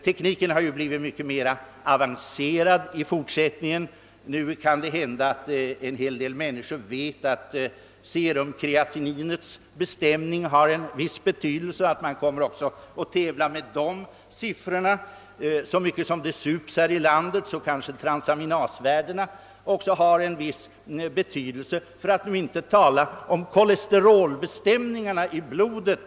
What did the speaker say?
Tekniken har ju blivit mycket mera avancerad och nu kan det hända att en hel del människor vet, att serumkreatininets bestämning har en viss betydelse, och man kommer därför kanske också att tävla med siffror på det området. Så mycket som det sups här i landet kan kanske transaminasvärdena också ha en viss betydelse, för att inte tala om kolesterolbestämningarna med avseende på blodet.